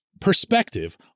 perspective